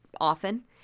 often